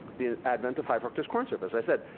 the advent of high fructose corn syrup, as i said,